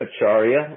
Acharya